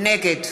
נגד